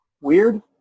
Weird